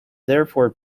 therefore